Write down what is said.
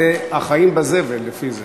החיים בזבל, לפי זה.